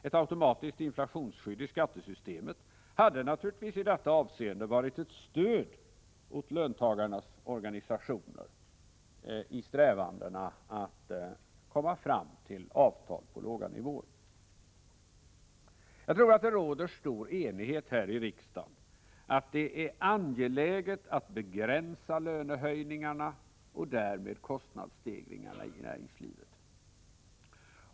Ett automatiskt inflationsskydd i skattesystemet hade naturligtvis i detta avseende varit ett stöd åt löntagarnas organisationer i strävandena att komma fram till avtal på låga nivåer. Jag tror att det råder stor enighet här i riksdagen om att det är angeläget att begränsa lönehöjningarna och därmed kostnadsstegringarna.